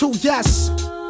Yes